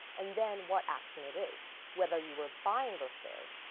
and then what action it is, whether you were buying the shares,